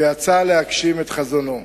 ויצא להגשים את חזונו.